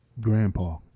Grandpa